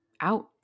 out